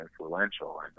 influential